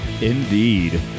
Indeed